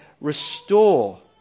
restore